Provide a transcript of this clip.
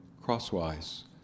crosswise